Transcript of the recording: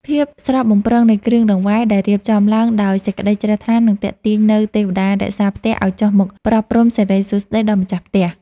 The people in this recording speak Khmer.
ភាពស្រស់បំព្រងនៃគ្រឿងដង្វាយដែលរៀបចំឡើងដោយសេចក្តីជ្រះថ្លានឹងទាក់ទាញនូវទេវតារក្សាផ្ទះឱ្យចុះមកប្រោះព្រំសិរីសួស្តីដល់ម្ចាស់ផ្ទះ។